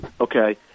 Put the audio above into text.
Okay